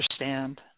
understand